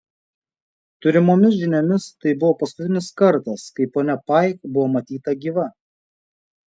turimomis žiniomis tai buvo paskutinis kartas kai ponia paik buvo matyta gyva